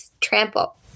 trample